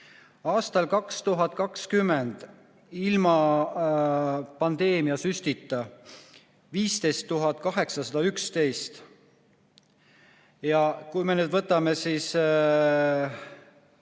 aastal 2020 ilma pandeemiasüstita 15 811. Kui me nüüd võtame kokku